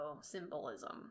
symbolism